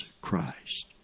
Christ